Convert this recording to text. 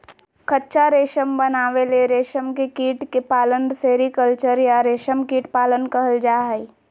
कच्चा रेशम बनावे ले रेशम के कीट के पालन सेरीकल्चर या रेशम कीट पालन कहल जा हई